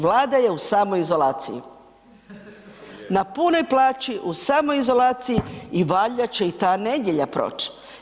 Vlada je u samoj izolaciji, na punoj plaći u samoj izolaciji i valjda će i ta nedjelja proći.